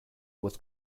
was